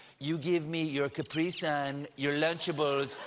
you give me your capri sun, your lunchables,